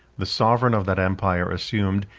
the sovereign of that empire assumed,